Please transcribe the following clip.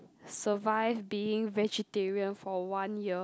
survive being vegetarian for one year